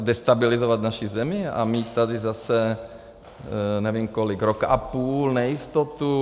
Destabilizovat naši zemi a mít tady zase nevím kolik, rok a půl nejistotu?